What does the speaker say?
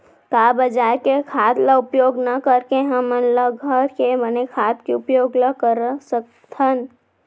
का बजार के खाद ला उपयोग न करके हमन ल घर के बने खाद के उपयोग ल कर सकथन?